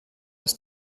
dass